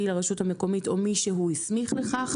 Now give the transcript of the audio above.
לרשות המקומית או מי שהוא הסמיך לכך.